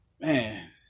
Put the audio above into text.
man